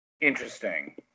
interesting